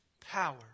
power